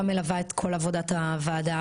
גם מלווה את כל עבודת הוועדה,